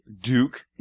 Duke